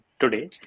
today